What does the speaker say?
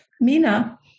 Mina